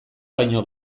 baino